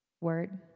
word